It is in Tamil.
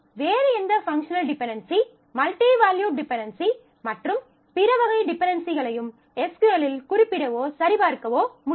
வேறு எந்த functional dependency multi valued dependency மற்றும் பிற வகை டிபென்டென்சிகளையும் SQL இல் குறிப்பிடவோ சரிபார்க்கவோ முடியாது